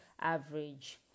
average